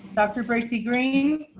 dr. gracie, green